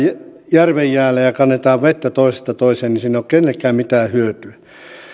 järven jäälle ja kannetaan vettä toisesta toiseen niin siitä ei ole kenellekään mitään hyötyä